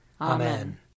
Amen